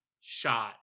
shot